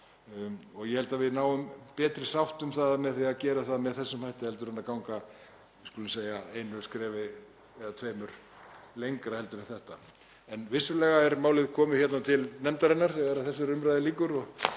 Ég held að við náum betri sátt um það að með því að gera það með þessum hætti heldur en að ganga, við skulum segja, einu skrefi eða tveimur lengra heldur en þetta. En vissulega er málið komið til nefndarinnar þegar þessari umræðu lýkur